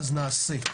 אז נעשה.